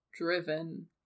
driven